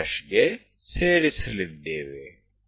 તો C એ આ બાજુએ છે